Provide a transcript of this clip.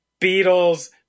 Beatles